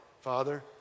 Father